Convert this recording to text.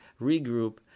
regroup